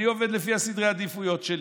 אני עובד לפי סדרי העדיפויות שלי.